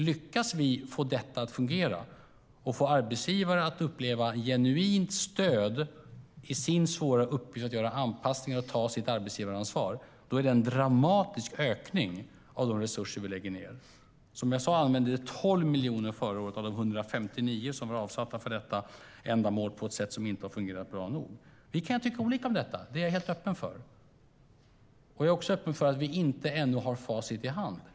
Lyckas vi få detta att fungera och få arbetsgivare att uppleva genuint stöd i sin svåra uppgift att göra anpassningar och ta sitt arbetsgivaransvar är det en dramatisk ökning av de resurser vi lägger ned. Som jag sade användes förra året 12 miljoner av de 159 miljoner som var avsatta för detta ändamål på ett sätt som inte har fungerat bra nog. Att vi kan tycka helt olika om detta är jag helt öppen för. Jag är också öppen för att vi ännu inte har facit i hand.